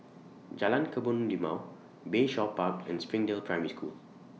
Jalan Kebun Limau Bayshore Park and Springdale Primary School